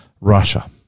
Russia